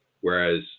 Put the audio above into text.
whereas